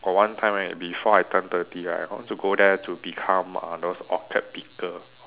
got one time right before I turn thirty right I want to go there to become uh those orchid picker